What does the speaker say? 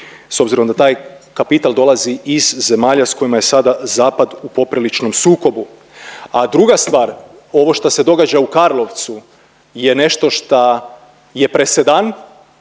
s obzirom da taj kapital dolazi iz zemalja sa kojima je sada zapad u popriličnom sukobu. A druga stvar, ovo što se događa u Karlovcu je nešto šta je presedan,